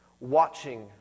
watching